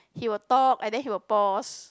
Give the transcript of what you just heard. he'll talk and then he'll pause